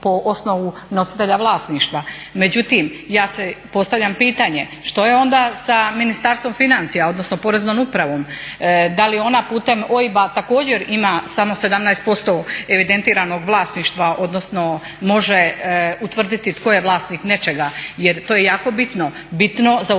po osnovu nositelja vlasništva. Međutim, ja postavljam pitanje što je onda sa Ministarstvom financija, odnosno poreznom upravom, da li ona putem OIB-a također ima samo 17% evidentiranog vlasništva odnosno može utvrdit tko je vlasnik nečega jer to je jako bitno, bitno za utvrđivanje